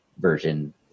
version